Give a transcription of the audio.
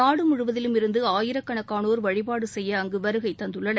நாடுமுழுவதிலுமிருந்துஆயிரக்கணக்கானோர் வழிபாடுசெய்ய அங்குவருகைதந்துள்ளனர்